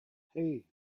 hey